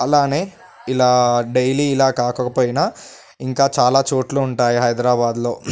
అలానే ఇలా డైలీ ఇలా కాకపోయినా ఇంకా చాలా చోట్ల ఉంటాయి హైదరాబాదులో